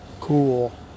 cool